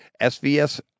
SVS